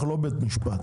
אנחנו לא בית משפט,